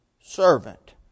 servant